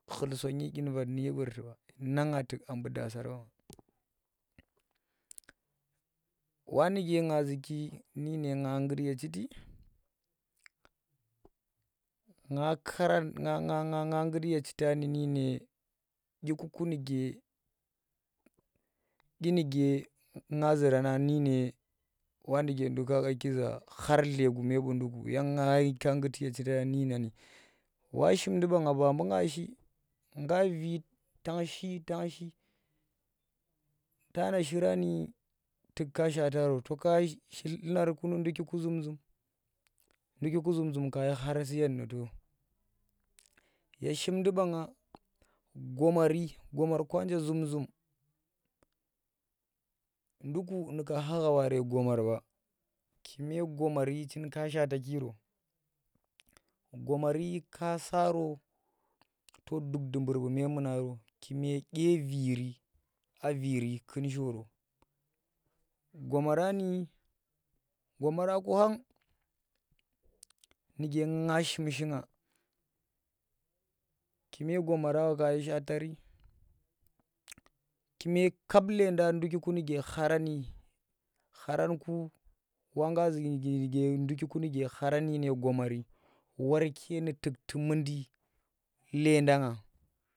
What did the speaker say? khul sonyi dyin vat nu shi burti ba na nga tuk a buu daasar ba nga wa nuke nga zuki nune nga nggut ye chiti nga nggut ye chita nu dyi ne dyi kuku nuke dyi nuke nga zurna nu, dyine wa nuke nduk ka khaki za khar dlegume buunduku yang nga ngguti ye chita nu dyina ni wa shimdi ɓa nga mbu Vi tang shi tana shirani tuk ka shada to to ka shi dlunar nu nduku ku zum- zum, ndukiku zum- zum kashi khar suye nu to ye shimndu baanga gomar, gomar kuye zum- zum nduku nuka khagha waare gomar ba kume gomari chika shaata kiro gomari kaSaro to duk dubur bu̱ memu naro kume dye viri aa viri kum shoro gomarci ni gomara ku kheng nuke nga shim shiga kume gomara wa kashi shaatari kume kap leenda ndukika nike kharani kharanku wa nga zu nuke ndukiku nuke kharan nu̱ gomar warke nuke a tukli mundanni̱ nleedan ngan.